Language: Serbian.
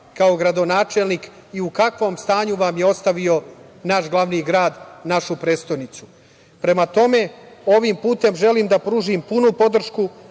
kao gradonačelnik i u kakvom stanju vam je ostavio naš glavni grad, našu prestonicu. Prema tome, ovim putem želim da pružim punu podršku